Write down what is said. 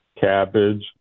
cabbage